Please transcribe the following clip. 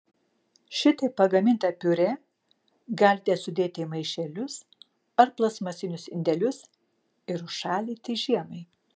šitaip pagamintą piurė galite sudėti į maišelius ar plastmasinius indelius ir užšaldyti žiemai